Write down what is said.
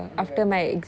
oh november